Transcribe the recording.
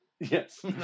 Yes